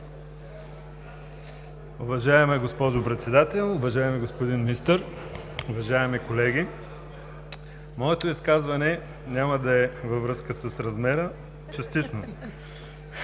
Уважаема госпожо Председател, уважаеми господин Министър, уважаеми колеги! Моето изказване няма да е във връзка с размера, частично